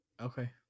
okay